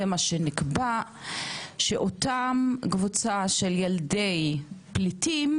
זה מה שנקבע שאותם קבוצה של ילדי פליטים